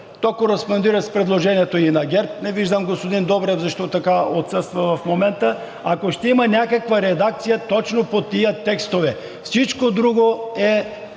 кореспондира с предложението и на ГЕРБ – не виждам господин Добрев, защото отсъства в момента. Ако ще има някаква редакция, точно е по тези текстове. Всичко друго е